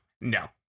No